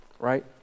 right